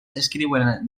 escriuen